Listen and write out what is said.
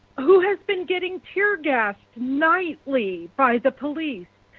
who has been getting tear gassed, nightly, by the police,